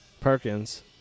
Perkins